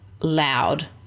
loud